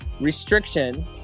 restriction